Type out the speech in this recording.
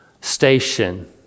station